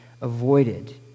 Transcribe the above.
avoided